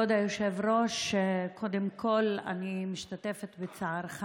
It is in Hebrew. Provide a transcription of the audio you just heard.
כבוד היושב-ראש, קודם כול אני משתתפת בצערך.